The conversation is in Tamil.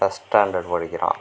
ஃபஸ்ட் ஸ்டாண்டர்ட் படிக்கிறான்